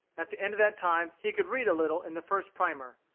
at the end of that time he could read a little in the first primer.